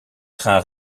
trains